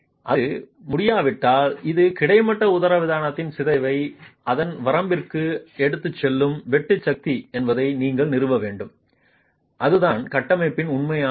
அது முடியாவிட்டால் இது கிடைமட்ட உதரவிதானத்தின் சிதைவை அதன் வரம்பிற்கு எடுத்துச் செல்லும் வெட்டு சக்தி என்பதை நீங்கள் நிறுவ வேண்டும் அதுதான் கட்டமைப்பின் உண்மையான திறன்